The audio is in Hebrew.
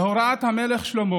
בהוראת המלך שלמה